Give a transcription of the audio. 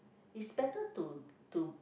it's better to to